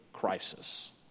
crisis